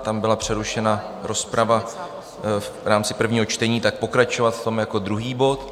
Tam byla přerušena rozprava v rámci prvního čtení, tak pokračovat v tom jako druhý bod.